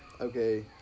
Okay